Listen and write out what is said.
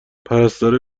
پرستاره